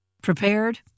Prepared